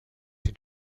den